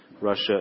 Russia